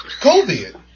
covid